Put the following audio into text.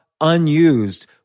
unused